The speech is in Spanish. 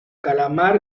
calamar